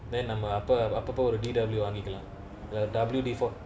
then நம்ம அப்ப அப்பப்ப ஒரு:namma appa appappa oru T_W வாங்கிகளா இல்ல:vaangikalaa illa W_T four